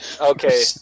Okay